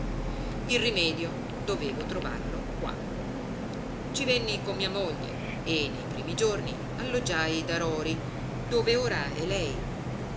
il rimedio dovevo trovarlo qua ci venni con mia moglie e nei primi giorni alloggiai da rori dove ora è lei